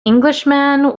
englishman